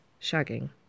shagging